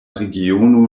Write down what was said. regiono